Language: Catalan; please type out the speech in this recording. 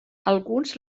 alguns